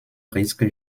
risque